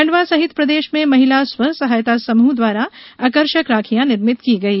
खंडवा सहित प्रदेश में महिला स्वसहायता समृह द्वारा आकर्षक राखियां निर्मित की गई